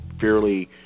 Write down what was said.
fairly